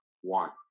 one